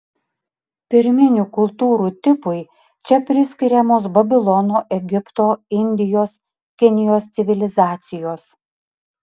pirminių kultūrų tipui čia priskiriamos babilono egipto indijos kinijos civilizacijos